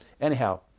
Anyhow